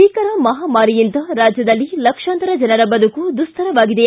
ಭೀಕರ ಮಹಾಮಾರಿಯಿಂದ ರಾಜ್ಯದಲ್ಲಿ ಲಕ್ಷಾಂತರ ಜನರ ಬದುಕು ದುಸ್ತರವಾಗಿದೆ